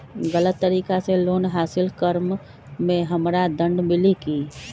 गलत तरीका से लोन हासिल कर्म मे हमरा दंड मिली कि?